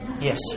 yes